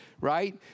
right